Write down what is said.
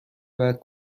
بعد